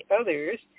others